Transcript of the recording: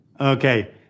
Okay